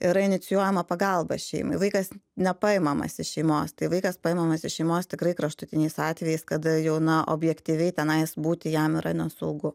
yra inicijuojama pagalba šeimai vaikas nepaimamas iš šeimos tai vaikas paimamas iš šeimos tikrai kraštutiniais atvejais kada jau na objektyviai tenais būti jam yra nesaugu